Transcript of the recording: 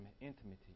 intimacy